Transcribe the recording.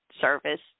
service